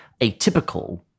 atypical